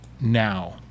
now